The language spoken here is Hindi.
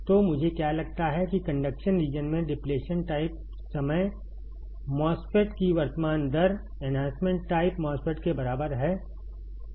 तो मुझे क्या लगता है कि कंडक्शन रीजन में डिप्लेशन समय MOSFET की वर्तमान दर एन्हांसमेंट टाइप MOSFET के बराबर है